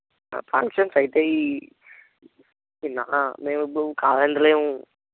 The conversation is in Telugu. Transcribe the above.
ఫంక్షన్స్ అవుతాయి నాన్న మేము కాదంటలేము